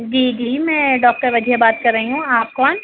جی جی میں ڈاکٹر وجیہہ بات کر رہی ہوں آپ کون